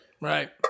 Right